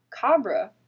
Cabra